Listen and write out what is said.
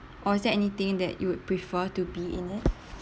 or is there anything that you would prefer to be in it